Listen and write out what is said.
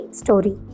story